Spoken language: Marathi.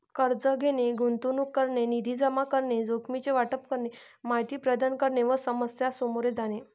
कर्ज घेणे, गुंतवणूक करणे, निधी जमा करणे, जोखमीचे वाटप करणे, माहिती प्रदान करणे व समस्या सामोरे जाणे